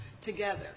together